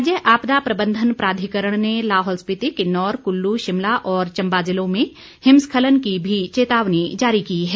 राज्य आपदा प्रबंधन प्राधिकरण ने लाहौल स्पीति किन्नौर कुल्लू शिमला और चम्बा ज़िलों में हिमस्खलन की भी चेतावनी जारी की है